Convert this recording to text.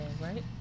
Right